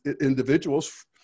individuals